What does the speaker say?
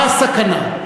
מה הסכנה?